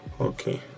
Okay